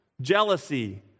jealousy